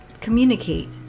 communicate